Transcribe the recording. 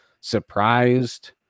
surprised